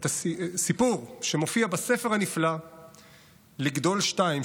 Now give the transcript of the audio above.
סיפור שמופיע בספר הנפלא "לגדול 2",